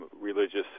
Religious